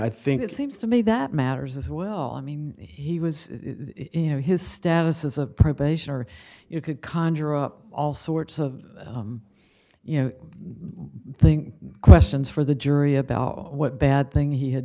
i think it seems to me that matters as well i mean he was in his status as a probation or you could conjure up all sorts of you know think questions for the jury about what bad thing he had